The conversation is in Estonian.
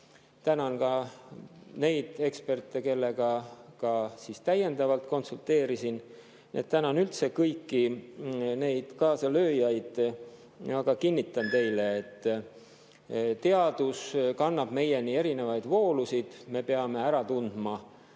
Tänan neid eksperte, kellega täiendavalt konsulteerisin. Tänan üldse kõiki kaasalööjaid. Aga kinnitan teile, et teadus kannab meieni erinevaid voolusid. Me peame ära tundma,